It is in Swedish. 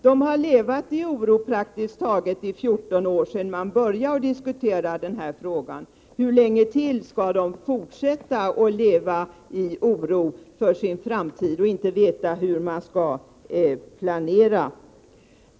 De har levat i oro praktiskt taget i 14 år sedan denna fråga började diskuteras — hur länge till skall de fortsätta att leva i oro för sin framtid och inte veta hur de skall planera?